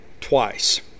twice